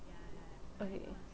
okay